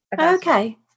Okay